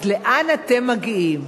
אז לאן אתם מגיעים?